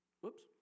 whoops